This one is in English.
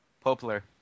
Poplar